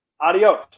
Adios